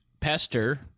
pester